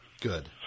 Good